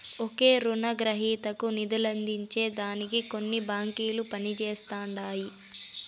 ఒకే రునగ్రహీతకి నిదులందించే దానికి కొన్ని బాంకిలు పనిజేస్తండాయి